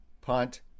punt